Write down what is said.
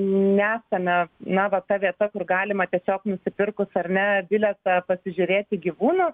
nesame na va ta vieta kur galima tiesiog nusipirkus ar ne bilietą pasižiūrėti gyvūnus